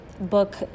book